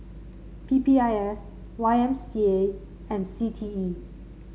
P P I S Y M C A and C T E